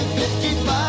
55